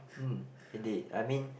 hmm indeed I mean